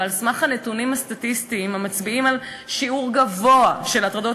ועל סמך הנתונים הסטטיסטיים המצביעים על שיעור גבוה של הטרדות